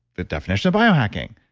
the definition of biohacking.